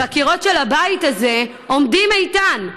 והקירות של הבית הזה עומדים איתן.